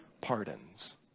pardons